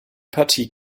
partie